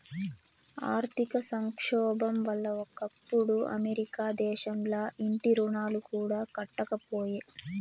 ఆర్థిక సంక్షోబం వల్ల ఒకప్పుడు అమెరికా దేశంల ఇంటి రుణాలు కూడా కట్టకపాయే